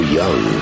young